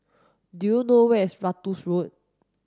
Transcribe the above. do you know where is Ratus Road